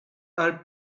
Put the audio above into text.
are